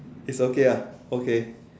it's okay ah okay